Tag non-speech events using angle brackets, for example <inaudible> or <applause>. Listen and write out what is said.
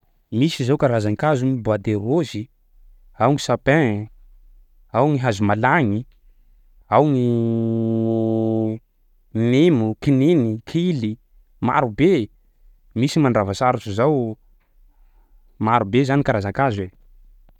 Misy zao karazan-kazo: bois de rose, ao gny sapin, ao gny hazo malagny, ao gny <hesitation> mimo, kininy, kily. Marobe, misy mandravasarotsy zao, marobe zany karazan-kazo e.